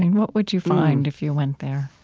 and what would you find if you went there?